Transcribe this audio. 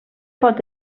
pot